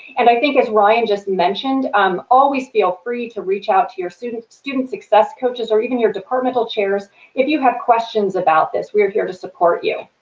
and i think as ryan just mentioned um always feel free to reach out to your student student success coaches or even your departmental chairs if you have questions about this. we are here to support you.